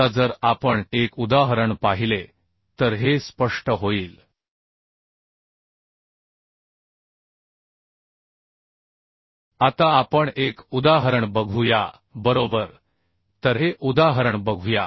आता जर आपण एक उदाहरण पाहिले तर हे स्पष्ट होईल आता आपण एक उदाहरण बघू या बरोबर तर हे उदाहरण बघूया